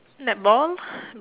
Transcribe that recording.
netball